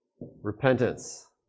repentance